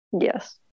Yes